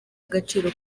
agaciro